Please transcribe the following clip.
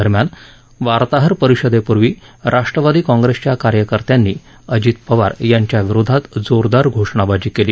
दरम्यान वार्ताहर परिषदेपूर्वी राष्ट्रवादी काँग्रेसच्या कार्यकर्त्यांनी अजित पवार यांच्या विरोधात जोरदार घोषणाबाजी केली